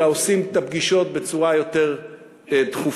אלא עושים את הפגישות בצורה יותר תכופה.